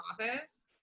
office